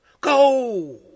Go